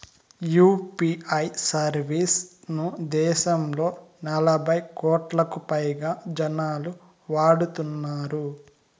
UPI service ను దేశంలో నలభై కోట్లకు పైగా జనాలు వాడుతున్నారు